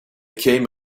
came